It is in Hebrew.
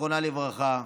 זיכרונה לברכה,